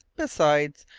besides,